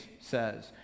says